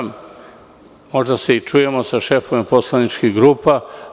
Možda se i čujemo sa šefovima poslaničkih grupa.